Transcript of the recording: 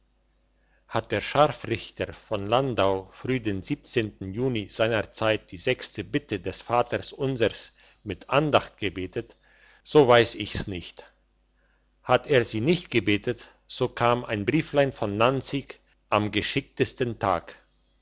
hat der scharfrichter von landau früh den juni seinerzeit die sechste bitte des vater unsers mit andacht gebetet so weiss ich's nicht hat er sie nicht gebetet so kam ein brieflein von nanzig am geschicktesten tag